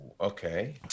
Okay